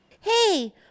Hey